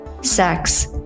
sex